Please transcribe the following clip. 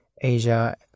Asia